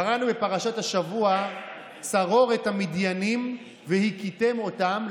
קראנו בפרשת השבוע "צָרור את המדיָנים והכיתם אותם".